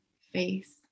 face